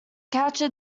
catcher